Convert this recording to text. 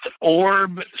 orb